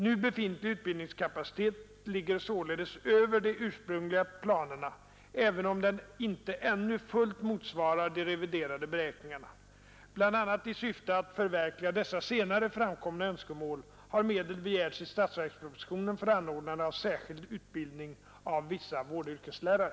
Nu befintlig utbildningskapacitet ligger således över de ursprungliga planerna även om den inte ännu fullt motsvarar de reviderade beräkningarna. Bl.a. i syfte att förverkliga dessa senare framkomna önskemål har medel begärts i statsverkspropositionen för anordnande av särskild utbildning av vissa vårdyrkeslärare.